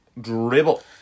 dribble